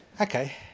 Okay